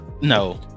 No